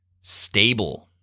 Stable